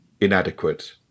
inadequate